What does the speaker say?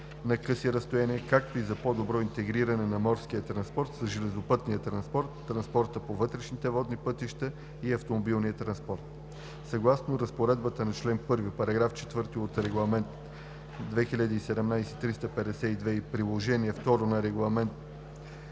на къси разстояния, както и за по-добро интегриране на морския транспорт с железопътния транспорт, транспорта по вътрешните водни пътища и автомобилния транспорт. Съгласно разпоредбата на чл. 1, параграф 4 от Регламент (ЕС) 2017/352 и Приложение II на Регламент